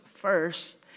first